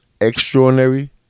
extraordinary